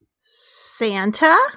Santa